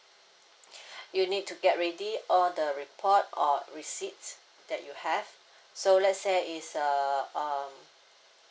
you need to get ready all the report or receipts that you have so let's say it's a um